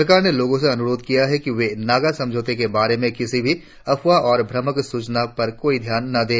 सरकार ने लोगों से अनुरोध किया है कि वे नगा समझौते के बारे में किसी भी अफवाह और भ्रामक सूचना पर कोई ध्यान न दें